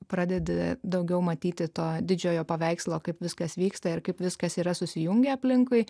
pradedi daugiau matyti to didžiojo paveikslo kaip viskas vyksta ir kaip viskas yra susijungę aplinkui